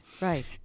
Right